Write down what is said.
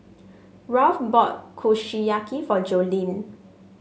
Ralph bought Kushiyaki for Jolene